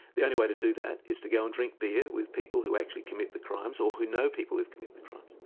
the only way to do that is to go and drink beer with people who actually commit the crimes or who know people who commit the crimes.